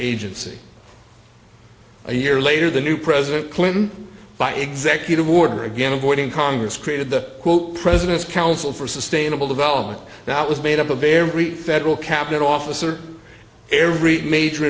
agency a year later the new president clinton by executive order again avoiding congress created the quote president's council for sustainable development now it was made up of every federal cabinet officer every major